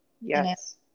yes